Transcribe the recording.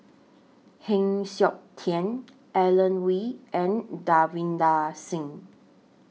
Heng Siok Tian Alan Oei and Davinder Singh